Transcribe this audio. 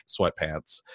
sweatpants